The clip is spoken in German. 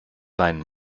weinen